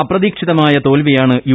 അപ്രതീക്ഷിതമായ തോൽവിയാണ് യു